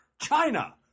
China